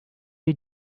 you